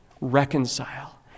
reconcile